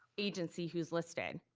agency who's listed.